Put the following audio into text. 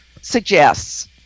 suggests